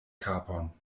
kapon